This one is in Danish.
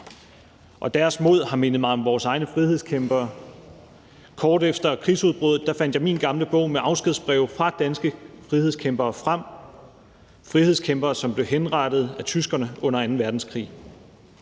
Deres mod har mindet mig om vores egne frihedskæmpere. Kort efter krigsudbruddet fandt jeg min gamle bog med afskedsbreve fra danske frihedskæmpere frem – frihedskæmpere, som blev henrettet af tyskerne under anden verdenskrig.